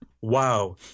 wow